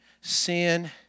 sin